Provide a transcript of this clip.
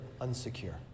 unsecure